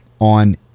on